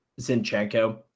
Zinchenko